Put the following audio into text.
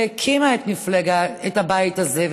והקימה את הבית הזה,